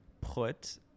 put